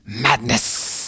madness